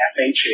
FHA